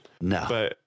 No